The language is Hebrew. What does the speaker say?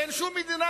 אין אף מדינה,